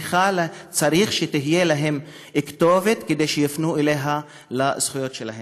צריך שתהיה להם כתובת כדי שיפנו אליה לזכויות שלהם.